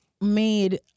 made